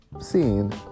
seen